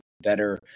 better